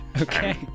Okay